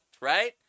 right